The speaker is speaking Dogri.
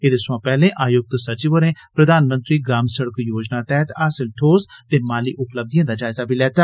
एह्दे सोयां पैह्ले आयुक्त सचिव होरें प्रघानमंत्री ग्राम शिड़क योजना तैह्त हासिल ठोस ते माली उपलब्घिएं दा जायजा लैता